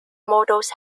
models